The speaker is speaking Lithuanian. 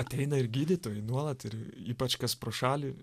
ateina ir gydytojai nuolat ir ypač kas pro šalį